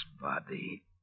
body